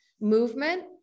movement